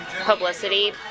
publicity